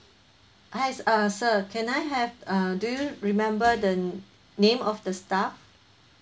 ah hi s~ uh sir can I have uh do you remember the name of the staff